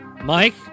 Mike